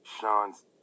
Sean's